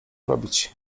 robić